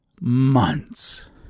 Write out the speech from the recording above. months